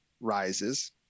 rises